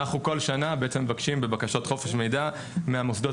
כל שנה אנחנו מבקשים באמצעות בקשת חופש מידע מהמוסדות